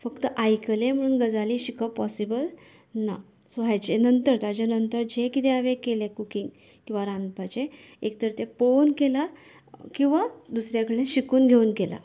फकत आयकले म्हूण गजालीं शिकप पॉसिबल ना सो हेचे नंतर ताचे नंतर जे कितें हांवेन केले कुकिंग किंवां रांदपाचे एक तर तें पळोवन केला किंवां दुसऱ्या कडल्यान शिकून घेवन केला